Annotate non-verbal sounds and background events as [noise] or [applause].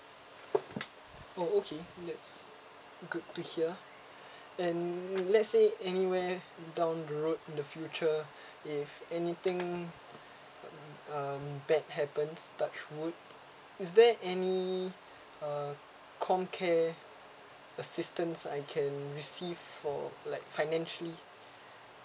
oh okay that's good to hear [breath] and let's say anywhere down the road in the future [breath] if anything um bad happens touchwood is there any uh com care assistance I can receive for like financially